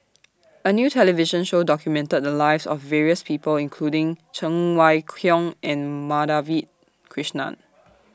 A New television Show documented The Lives of various People including Cheng Wai Keung and Madhavi Krishnan